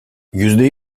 yüzde